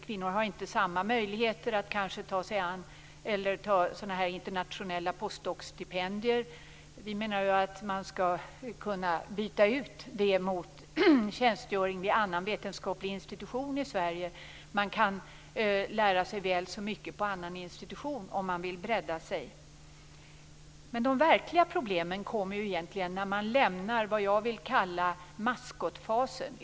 Kvinnor har inte samma möjligheter att kanske ta internationella post-doc-stipendier. Vi menar att man skall kunna byta ut det mot tjänstgöring i annan vetenskaplig institution i Sverige. Man kan lära sig väl så mycket på en annan institution om man vill bredda sig. Men de verkliga problemen kommer egentligen när kvinnor lämnar det jag kallar "maskotfasen".